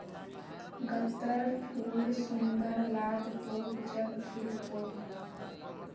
गत्त्रर फूल सुंदर लाग्तोक जब खिल तोक